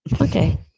Okay